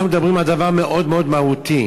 אנחנו מדברים על דבר מאוד מאוד מהותי.